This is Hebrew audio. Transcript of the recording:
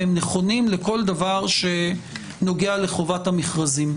והם נכונים לכל דבר שנוגע לחובת המכרזים.